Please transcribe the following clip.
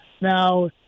Now